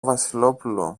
βασιλόπουλο